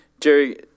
Jerry